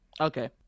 Okay